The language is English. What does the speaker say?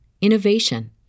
innovation